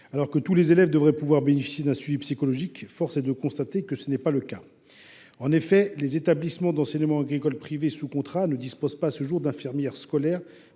Alors que tous les élèves devraient pouvoir bénéficier d’un suivi psychologique, force est de constater que tel n’est pas le cas. Les établissements d’enseignement agricole privés sous contrat ne disposent pas, à ce jour, d’infirmières scolaires